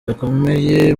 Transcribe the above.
gakomeye